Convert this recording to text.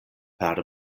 per